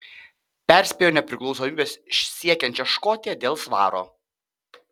perspėjo nepriklausomybės siekiančią škotiją dėl svaro